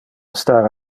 star